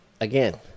again